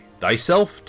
Thyself